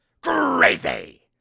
crazy